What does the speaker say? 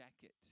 jacket